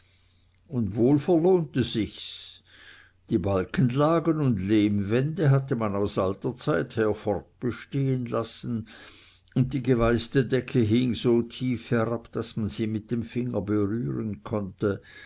und wohl verlohnte sich's die balkenlagen und lehmwände hatte man aus alter zeit her fortbestehen lassen und die geweißte decke hing so tief herab daß man sie mit dem finger berühren konnte